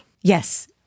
Yes